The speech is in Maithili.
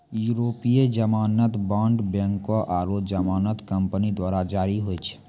यूरोपीय जमानत बांड बैंको आरु जमानत कंपनी द्वारा जारी होय छै